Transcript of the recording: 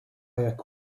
jak